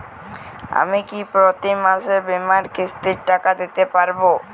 আমি কি প্রতি মাসে বীমার কিস্তির টাকা দিতে পারবো?